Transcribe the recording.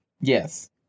Yes